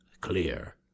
clear